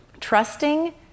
trusting